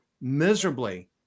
miserably